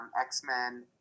X-Men